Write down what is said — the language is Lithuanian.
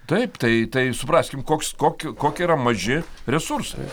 taip tai tai supraskim koks kok kokie yra maži resursai